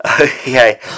Okay